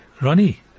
Ronnie